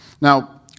Now